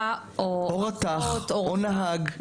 או רתך, או נהג,